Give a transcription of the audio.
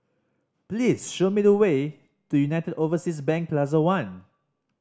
please show me the way to United Overseas Bank Plaza One